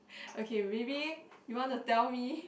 okay maybe you want to tell me